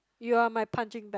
you are my punching bag